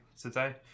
today